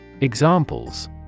Examples